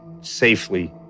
safely